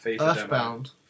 Earthbound